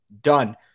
done